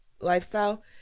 lifestyle